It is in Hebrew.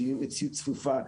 מדינה צפופה,